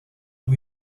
and